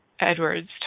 Edwards